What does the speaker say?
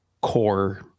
core